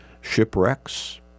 shipwrecks